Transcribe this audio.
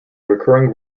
recurring